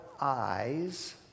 eyes